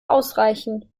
ausreichen